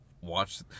watch